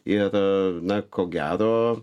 ir a na ko gero